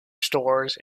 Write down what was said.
stores